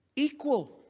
equal